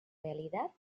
realidad